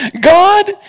God